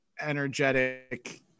energetic